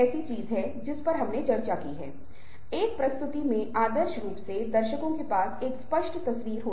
अब जब हम बोलने के बारे में बात करते हैं तो आवाज़ महत्वपूर्ण भूमिका निभाते हैं